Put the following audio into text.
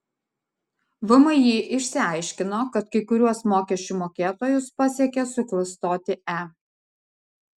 vmi išsiaiškino kad kai kuriuos mokesčių mokėtojus pasiekė suklastoti e